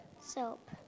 soap